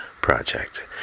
project